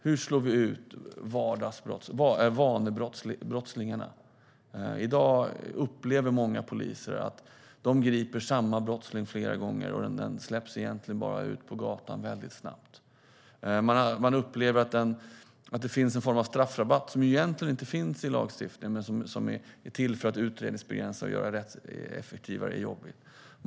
Hur slår vi ut vanebrottslingarna? I dag upplever många poliser att de griper samma brottsling flera gånger, och personen släpps ut på gatan igen väldigt snabbt. Man upplever att det finns en form av straffrabatt - egentligen finns den inte i lagstiftningen, men den tillämpas för att begränsa utredandet och göra det effektivare. Det är jobbigt.